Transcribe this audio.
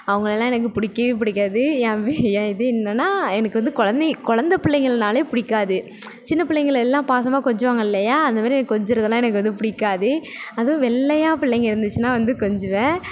அவங்களெலாம் எனக்கு பிடிக்கவே பிடிக்காது என் என் இது என்னன்னால் எனக்கு வந்து கொழந்தை கொழந்தை பிள்ளைகள்னாலே பிடிக்காது சின்னப் பிள்ளைங்களெல்லாம் பாசமாக கொஞ்சுவாங்க இல்லையா அந்தமாதிரி கொஞ்சுறதுலாம் எனக்கு வந்து பிடிக்காது அதுவும் வெள்ளையாக பிள்ளைங்க இருந்துச்சின்னால் வந்து கொஞ்சுவேன்